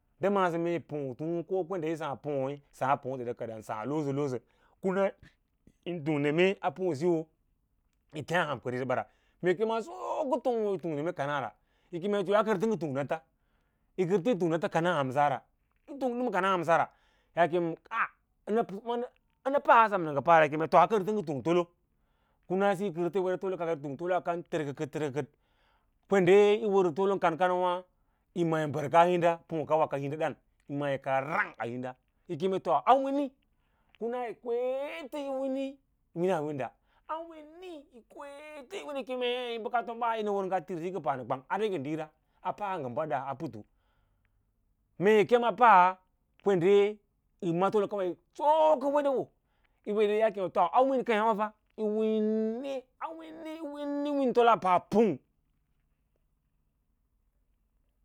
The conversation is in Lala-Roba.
Ndə maꞌa’sə mee po’ kwende kí yi sǎǎ yi saã kədda yín saã kora losə losə kora yin tung neme a po’siyo yi teẽ han kwende yisə ɓara yi sokə tinggo yo kanara yi kemeta a tung nafa, yi tung nats kana hansa ra yi tung dəm kans hansara yi keme kai ənə paꞌa sam nə ngə paꞌa yi keme a kərtə ngə tung tolo, yi teng tolo akan tərkə tərkəkəd kwende yi wərsə tolon kan kar wâ yi ma yi bəkkaa hinɗa pa’ kawa ka hinɗa daãn yi ma yi kaa rang a hinɗa yi keme to a wini yi wii winawinɗa a wini yi kwepetə yi win yi keme bəka tombai nə wər ngə tirisiyi ngə pa nə kwng a rage diira a pa ngə yabba putu meeyi kema a paꞌa kwende yi sokə weɗoo kaawo, yi kem a win keeya yi winni a winni yi winni yi win tolo a paã pung.